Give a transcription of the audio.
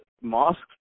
mosques